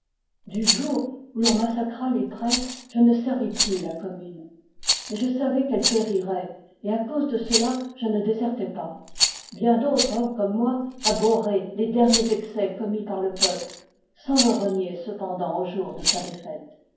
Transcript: du jour où l'on massacra les prêtres je ne servis plus la commune mais je savais qu'elle périrait et à cause de cela je ne désertai pas bien d'autres ont comme moi abhorré les derniers excès commis par le peuple sans le renier cependant au jour de sa défaite